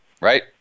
right